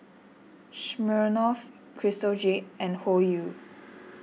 Smirnoff Crystal Jade and Hoyu